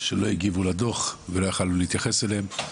לא הגיבו לדו"ח, ולא יכולנו להתייחס אליהם.